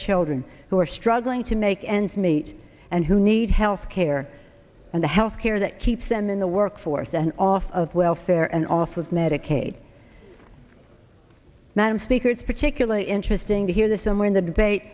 children who are struggling to make ends meet and who need health care and the health care that keeps them in the workforce and off of welfare and off with medicaid madam speaker it's particularly interesting to hear this and when the debate